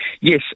Yes